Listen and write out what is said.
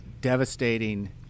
devastating